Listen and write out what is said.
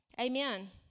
Amen